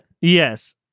Yes